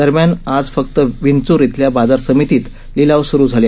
दरम्यान आज फक्त विंच्र इथल्या बाजार समितीत लिलाव सुरू झाले